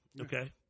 Okay